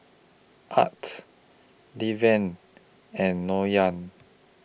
Art Deven and